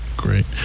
great